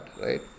right